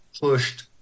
pushed